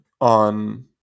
on